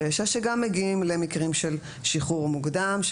ישע שגם מגיעים למקרים של שחרור מוקדם,